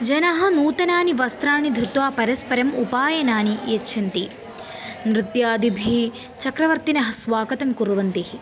जनाः नूतनानि वस्त्राणि धृत्वा परस्परम् उपायनानि यच्छन्ति नृत्यादिभिः चक्रवर्तिनः स्वागतं कुर्वन्ति